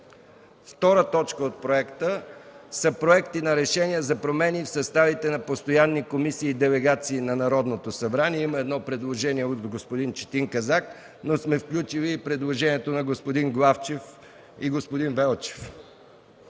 представител. 2. Проекти на решения за промени в съставите на постоянни комисии и делегации на Народното събрание. Има едно предложение от господин Четин Казак, но сме включили и предложението на господин Главчев и господин Велчев.